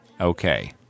Okay